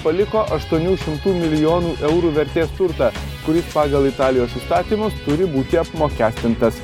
paliko aštuonių šimtų milijonų eurų vertės turtą kuris pagal italijos įstatymus turi būti apmokestintas